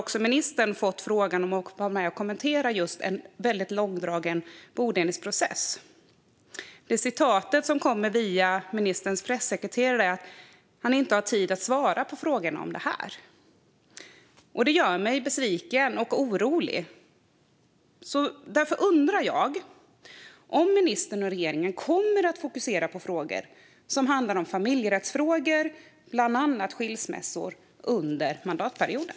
Också ministern hade fått frågan om att vara med och kommentera en väldigt långdragen bodelningsprocess. Svaret, som kom via ministerns pressekreterare, var att ministern inte hade tid att svara på frågor om detta. Det gör mig besviken och orolig. Därför undrar jag om ministern och regeringen kommer att fokusera på frågor som handlar om familjerätt, bland annat skilsmässor, under mandatperioden.